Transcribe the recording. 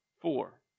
four